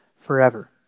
forever